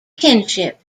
kinship